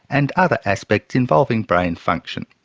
and other aspects involving brain function.